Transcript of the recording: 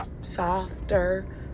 softer